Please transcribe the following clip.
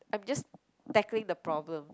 I'm just tackling the problem